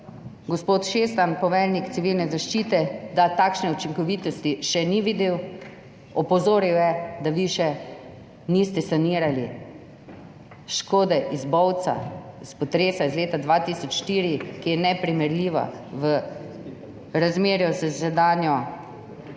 gospod Šestan, poveljnik Civilne zaščite, da takšne učinkovitosti še ni videl, opozoril je, da vi še niste sanirali škode potresa v Bovcu iz leta 2004, ki je neprimerljiva v razmerju s sedanjo